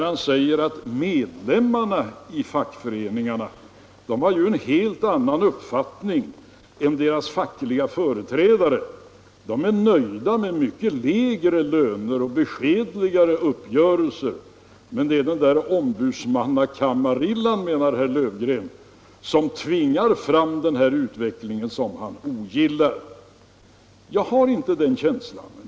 Han säger att medlemmarna i fackföreningarna har en helt annan uppfattning än sina fackliga företrädare — medlemmarna är nöjda med mycket lägre lön och beskedligare uppgörelser. Men det är den där ombudsmannakamarillan, menar herr Löfgren, som tvingar fram den utveckling som han ogillar. Jag har inte den känslan.